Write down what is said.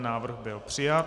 Návrh byl přijat.